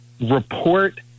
report